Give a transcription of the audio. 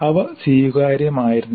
അവ സ്വീകാര്യമായിരുന്നില്ല